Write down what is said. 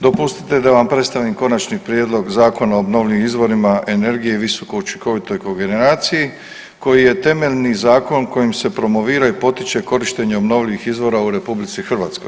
Dopustite da vam predstavim konačni prijedlog Zakona o obnovljivim izvorima energije i visokoučinkovitoj kogeneraciji koji je temeljni zakon kojim se promovira i potiče korištenje obnovljivih izvora u RH.